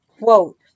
Quote